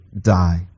die